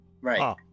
Right